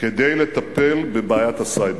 כדי לטפל בבעיית הסייבר.